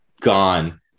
gone